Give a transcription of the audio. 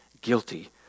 guilty